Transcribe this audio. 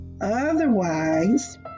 otherwise